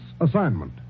assignment